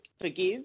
forgive